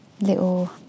little